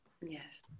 yes